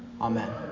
Amen